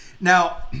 Now